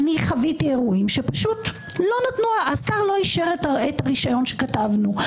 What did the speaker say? אני חוויתי אירועים שהשר לא אישר את הרישיון שכתבנו,